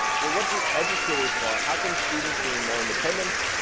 what what do educators want? how can students gain more independence?